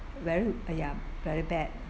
very !aiya! very bad